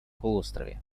полуострове